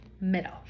middle